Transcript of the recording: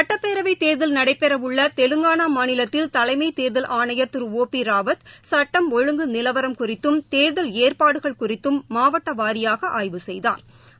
சுட்டப்பேரவைத் தேர்தல் நடைபெறவுள்ளதெலங்கானாமாநிலத்தில் தலைமைதேர்தல் ஆணையர் திரு ஒ பிராவத் சுட்டம் ஒழுங்கு நிலவரம் குறித்தும் தேர்தல் ஏற்பாடுகள் குறித்தும் மாவட்டவாரியாகஆய்வு செய்தாா்